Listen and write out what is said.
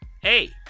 hey